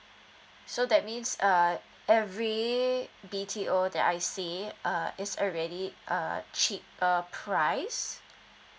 so that means uh every B_T_O that I see uh is already uh cheaper price